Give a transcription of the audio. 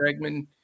Bregman